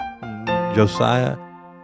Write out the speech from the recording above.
Josiah